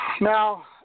now